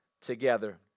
together